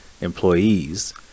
employees